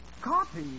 Copy